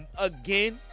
again